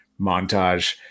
montage